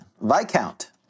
Viscount